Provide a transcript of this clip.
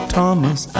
Thomas